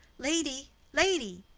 lady! lady!